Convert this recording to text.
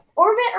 Orbit